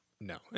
No